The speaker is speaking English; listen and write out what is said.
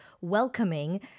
welcoming